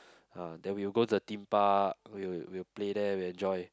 uh then we'll go to the Theme Park we'll we'll play there we'll enjoy